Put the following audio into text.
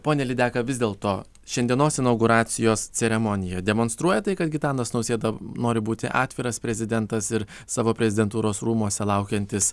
pone lydeka vis dėlto šiandienos inauguracijos ceremonija demonstruoja tai kad gitanas nausėda nori būti atviras prezidentas ir savo prezidentūros rūmuose laukiantis